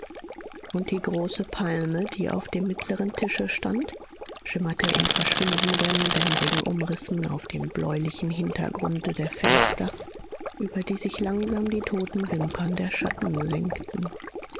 und die große palme die auf dem mittleren tische stand schimmerte in verschwindenden dämmrigen umrissen auf dem bläulichen hintergründe der fenster über die sich langsam die toten wimpern der schatten senkten